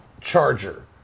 charger